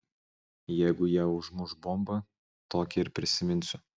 jeigu ją užmuš bomba tokią ir prisiminsiu